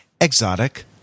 Exotic